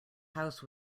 house